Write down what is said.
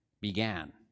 began